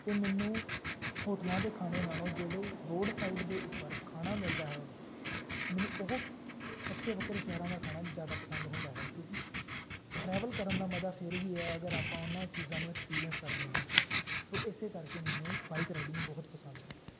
ਅਤੇ ਮੈਨੂੰ ਹੋਟਲਾਂ ਦੇ ਖਾਣੇ ਨਾਲੋਂ ਜਿਹੜੇ ਰੋਡ ਸਾਈਡ ਦੇ ਉੱਪਰ ਖਾਣਾ ਮਿਲਦਾ ਹੈ ਮੈਨੂੰ ਉਹ ਵੱਖਰੇ ਵੱਖਰੇ ਸ਼ਹਿਰਾਂ ਦਾ ਖਾਣਾ ਜ਼ਿਆਦਾ ਪਸੰਦ ਹੁੰਦਾ ਹੈ ਕਿਉਂਕਿ ਟਰੈਵਲ ਕਰਨ ਦਾ ਮਜ਼ਾ ਫਿਰ ਹੀ ਹੈ ਅਗਰ ਆਪਾਂ ਉਹਨਾਂ ਚੀਜ਼ਾਂ ਨੂੰ ਐਕਸਪੀਰੀਅੰਸ ਕਰਦੇ ਹਾਂ ਸੋ ਇਸੇ ਕਰਕੇ ਮੈਨੂੰ ਬਾਈਕ ਰਾਈਡਿੰਗ ਬਹੁਤ ਪਸੰਦ ਹੈ